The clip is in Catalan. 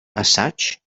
assaig